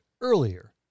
earlier